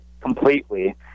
completely